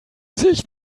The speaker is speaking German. sich